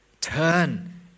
turn